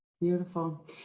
Beautiful